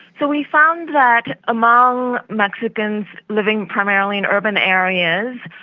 but we found that among mexicans living primarily in urban areas,